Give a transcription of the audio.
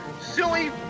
silly